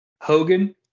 Hogan